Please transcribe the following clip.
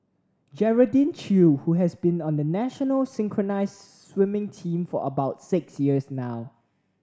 Geraldine Chew who has been on the national synchronised swimming team for about six years now